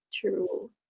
True